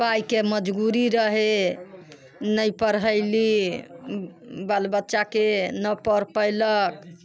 पाइके मजगूरी रहे नहि पढ़ैली बाल बच्चाके नहि पढ़ पयलक